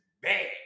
bad